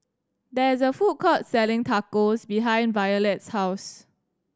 there is a food court selling Tacos behind Violette's house